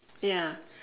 ya